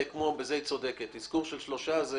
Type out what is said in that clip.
בזה מירה צודקת כי אזכור של שלושה זה